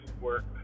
work